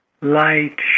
light